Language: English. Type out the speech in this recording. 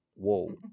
Whoa